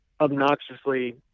obnoxiously